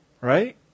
Right